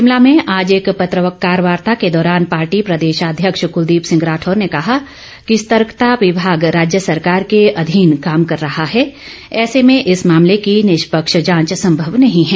शिमला में आज एक पत्रकार वार्ता के दौरान पार्टी प्रदेशाध्यक्ष कलदीप सिंह राठौर ने कहा कि सतर्कता विभाग राज्य सरकार के अधीन काम कर रहा है ऐसे में इस मामले की निष्पक्ष जांच संभव नहीं है